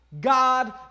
God